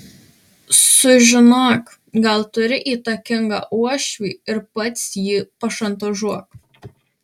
sužinok gal turi įtakingą uošvį ir pats jį pašantažuok